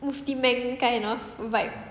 mufti monk kind of vibe